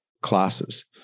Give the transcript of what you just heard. classes